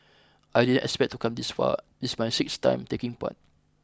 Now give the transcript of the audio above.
I didn't expect to come this far this my sixth time taking part